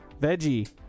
Veggie